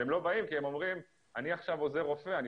והם לא באים כי הם אומרים: אנחנו עכשיו עוזרי רופאי,